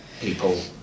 people